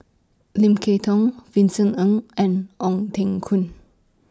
Lim Kay Tong Vincent Ng and Ong Teng Koon